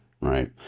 right